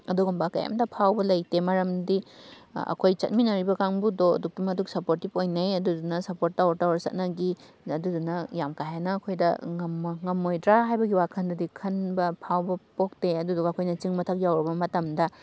ꯑꯗꯨꯒꯨꯝꯕ ꯀꯔꯤꯝꯇ ꯐꯥꯎꯕ ꯂꯩꯇꯦ ꯃꯔꯝꯗꯤ ꯑꯩꯈꯣꯏ ꯆꯠꯃꯤꯟꯅꯔꯤꯕ ꯀꯥꯡꯕꯨꯗꯣ ꯑꯗꯨꯛꯀꯤ ꯃꯇꯤꯛ ꯁꯞꯄꯣꯔꯇꯤꯕ ꯑꯣꯏꯅꯩ ꯑꯗꯨꯗꯨꯅ ꯁꯞꯄꯣꯔꯠ ꯇꯧꯔ ꯇꯧꯔꯒ ꯆꯠꯅꯈꯤ ꯑꯗꯨꯗꯨꯅ ꯌꯥꯝ ꯀꯥ ꯍꯦꯟꯅ ꯑꯩꯈꯣꯏꯗ ꯉꯝꯃꯣꯏꯗ꯭ꯔꯥ ꯍꯥꯏꯕꯒꯤ ꯋꯥꯈꯜꯗꯗꯤ ꯈꯟꯕ ꯐꯥꯎꯕ ꯄꯣꯛꯇꯦ ꯑꯗꯨꯗꯨꯒ ꯑꯩꯈꯣꯏꯅ ꯆꯤꯡ ꯃꯊꯛ ꯌꯧꯔꯕ ꯃꯇꯝꯗ